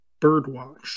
Birdwatch